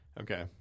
Okay